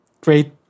great